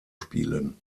spielen